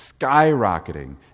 skyrocketing